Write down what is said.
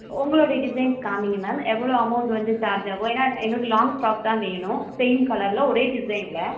உங்களுடைய டிசைன்ஸ் காமிங்க மேம் எவ்வளோ அமௌண்டு வந்து சார்ஜ் ஆகும் ஏன்னா எங்களுக்கு லாங் ஃப்ராக்ஸ் தான் வேணும் சேம் கலரில் ஒரே டிசைனில்